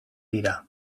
dira